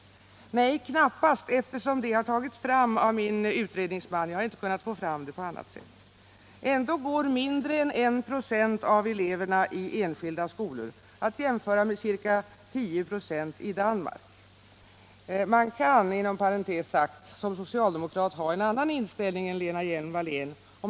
Nej, knappast, eftersom den uppgiften har tagits fram av min utredningsman. Jag har inte kunnat få veta det på annat sätt. Ändå går mindre än 1 96 av alla elever i enskilda skolor, vilket kan jämföras med antalet i Danmark som är ca 10 96. Inom parentes sagt kan man såsom socialdemokrat ha en annan inställning än Lena Hjelm-Wallén.